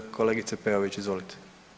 Kolegice Peović, izvolite.